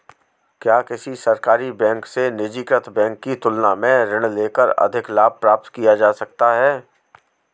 क्या किसी सरकारी बैंक से निजीकृत बैंक की तुलना में ऋण लेकर अधिक लाभ प्राप्त किया जा सकता है?